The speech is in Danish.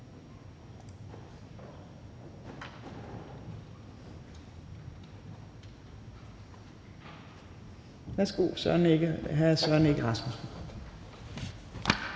Værsgo, hr. Søren Egge Rasmussen.